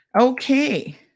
Okay